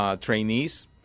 trainees